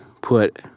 put